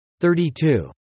32